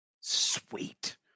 sweet